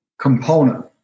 component